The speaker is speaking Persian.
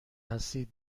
هستید